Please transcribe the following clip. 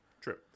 True